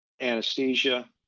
anesthesia